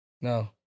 No